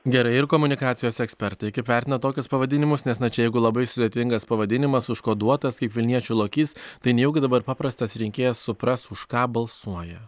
gerai ir komunikacijos ekspertai kaip vertina tokius pavadinimus nes na čia jeigu labai sudėtingas pavadinimas užkoduotas kaip vilniečių lokys tai nejaugi dabar paprastas rinkėjas supras už ką balsuoja